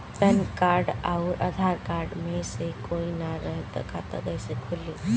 Pan card आउर Aadhaar card मे से कोई ना रहे त खाता कैसे खुली?